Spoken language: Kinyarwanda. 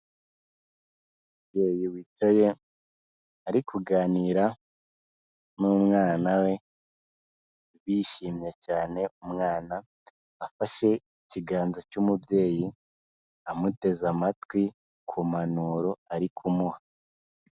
Umubyeyi wicaye ari kuganira n'umwana we bishimye cyane, umwana afashe ikiganza cy'umubyeyi amuteze amatwi kumpanuro ari kumuha.